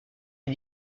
est